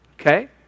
Okay